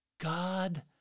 God